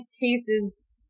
cases